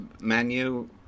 menu